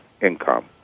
income